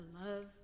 love